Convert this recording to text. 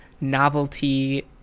Novelty